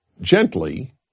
gently